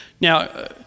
now